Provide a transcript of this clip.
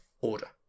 order